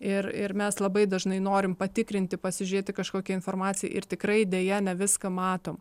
ir ir mes labai dažnai norim patikrinti pasižėti kažkokią informaciją ir tikrai deja ne viską matom